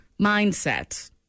mindset